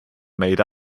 made